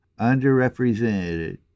underrepresented